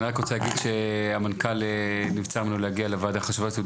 אני רק רוצה להגיד שהמנכ"ל נבצר ממנו להגיע לוועדה החשובה הזאת,